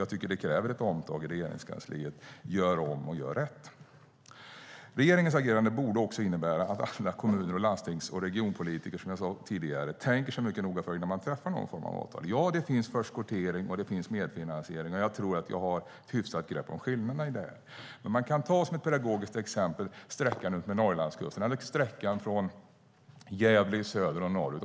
Jag tycker att det kräver ett omtag i Regeringskansliet: Gör om, gör rätt! Regeringens agerande borde också innebära att alla kommuner, landsting och regionpolitiker, som jag sade tidigare, tänker sig mycket noga för innan man träffar någon form av avtal. Ja, det finns förskottering och det finns medfinansiering. Jag tror att jag har ett hyfsat grepp om skillnaderna. Man kan ta som ett pedagogiskt exempel sträckan utmed Norrlandskusten, från Gävle i söder och norrut.